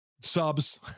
subs